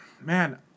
Man